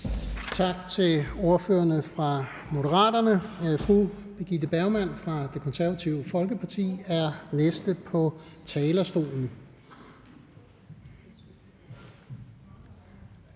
Tak til ordføreren for Moderaterne. Fru Birgitte Bergman fra Det Konservative Folkeparti er næste på talerstolen.